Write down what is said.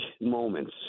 moments